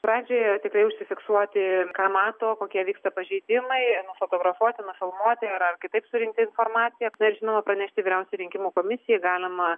pradžioje tikrai užsifiksuoti ką mato kokie vyksta pažeidimai nufotografuoti nufilmuoti ar ar kitaip surinkti informaciją na ir žinoma pranešti vyriausiojai rinkimų komisijai galima